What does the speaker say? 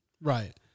Right